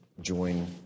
join